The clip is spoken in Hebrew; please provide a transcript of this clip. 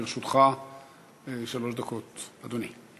לרשותך שלוש דקות, אדוני.